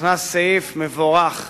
נכנס סעיף מבורך,